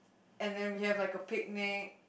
and then like we have a picnic